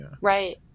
Right